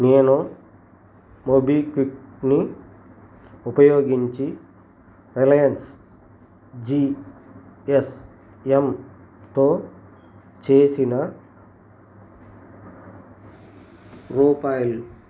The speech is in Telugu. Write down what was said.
నేను మొబీక్విక్ని ఉపయోగించి రిలయన్స్ జీ ఎస్ ఎంతో చేసిన రూపాయలు